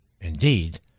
Indeed